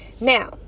Now